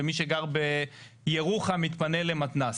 ומי שגר בירוחם מתפנה למתנ"ס.